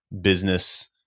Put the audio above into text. business